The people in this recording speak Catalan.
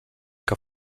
que